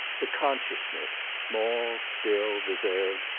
the consciousness, small, still, reserved,